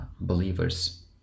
believers